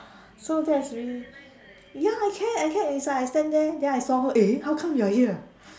so that's really ya I can I can is like I stand there then I saw her eh how come you are here